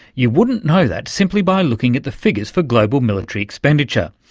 you wouldn't know that simply by looking at the figures for global military expenditure.